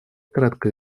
кратко